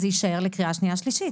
זה יישאר לקריאה שנייה ושלישית.